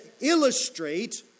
illustrate